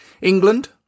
England